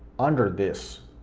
under this.